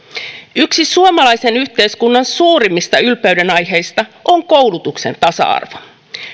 yksi suomalaisen yhteiskunnan suurimmista ylpeydenaiheista on koulutuksen tasa arvo